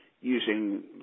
using